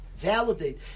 Validate